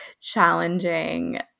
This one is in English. challenging